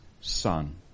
son